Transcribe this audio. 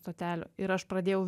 stotelių ir aš pradėjau